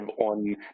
on